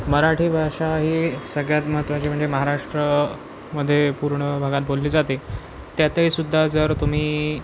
मराठी भाषा ही सगळ्यात महत्त्वाची म्हणजे महाराष्ट्रामध्ये पूर्ण भागात बोलली जाते त्यातही सुद्धा जर तुम्ही